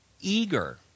eager